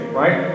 right